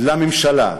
לממשלה,